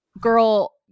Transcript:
girl